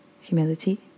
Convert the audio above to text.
humility